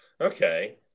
Okay